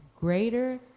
greater